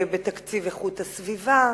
בתקציב איכות הסביבה,